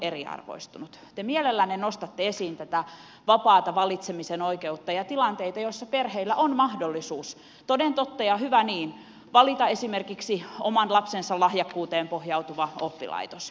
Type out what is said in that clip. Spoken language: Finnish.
te mielellänne nostatte esiin tätä vapaata valitsemisen oikeutta ja tilanteita joissa perheillä on mahdollisuus toden totta ja hyvä niin valita esimerkiksi oman lapsensa lahjakkuuteen pohjautuva oppilaitos peruskoulu